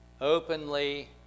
openly